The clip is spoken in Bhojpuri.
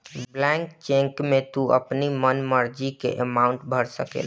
ब्लैंक चेक में तू अपनी मन मर्जी कअ अमाउंट भर सकेला